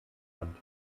hand